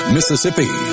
Mississippi